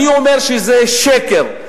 אני אומר שזה שקר,